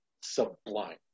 sublime